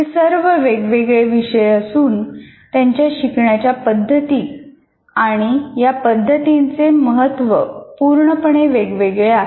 हे सर्व वेगवेगळे विषय असून त्यांच्या शिकवण्याच्या पद्धती आणि या पद्धतींचे महत्व पूर्णपणे वेगवेगळ्या आहेत